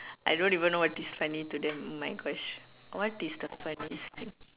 I don't even know what is funny to them oh my Gosh what is the funniest thing